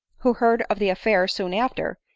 who heard of the affair soon after,